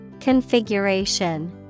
Configuration